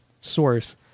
source